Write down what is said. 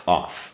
off